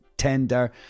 Tender